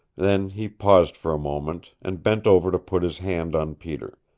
then he paused for a moment, and bent over to put his hand on peter.